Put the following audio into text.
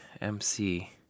M-C